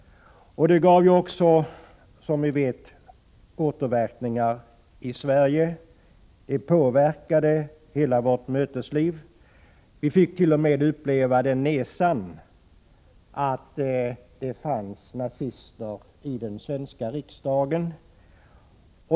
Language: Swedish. Det gav också, som vi vet, återverkningar i Sverige. Det påverkade hela vårt mötesliv. Vi fick t.o.m. uppleva nesan av att det fanns nazister i den svenska riksdagen.